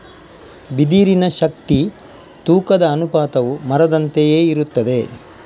ಬಿದಿರಿನ ಶಕ್ತಿ ತೂಕದ ಅನುಪಾತವು ಮರದಂತೆಯೇ ಇರುತ್ತದೆ